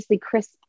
crisp